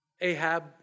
Ahab